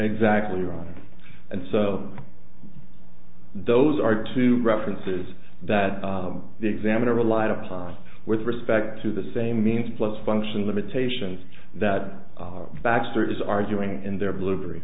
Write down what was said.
exactly right and so those are two references that the examiner relied upon with respect to the same means plus functional limitations that our baxter is arguing in their blue